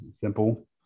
simple